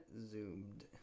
zoomed